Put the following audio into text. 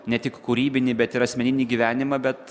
ne tik kūrybinį bet ir asmeninį gyvenimą bet